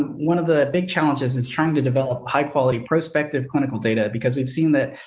one of the big challenges is trying to develop high quality, prospective, clinical data. because we've seen that,